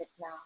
now